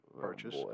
purchase